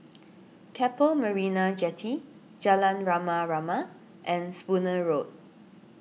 Keppel Marina Jetty Jalan Rama Rama and Spooner Road